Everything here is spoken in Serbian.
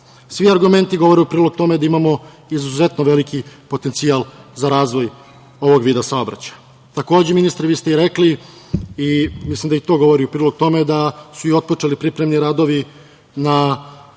Svi argumenti govore u prilog tome da imamo izuzetno veliki potencijal za razvoj ovog vida saobraćaja. Ministre vi ste rekli i mislim da i to govori u prilog tome da su i otpočeli pripremni radovi na